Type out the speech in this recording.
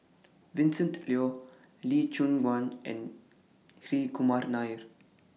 Vincent Leow Lee Choon Guan and Hri Kumar Nair